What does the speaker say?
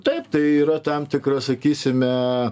taip tai yra tam tikra sakysime